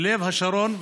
לב השרון,